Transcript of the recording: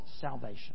salvation